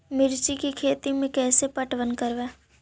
मिर्ची के खेति में कैसे पटवन करवय?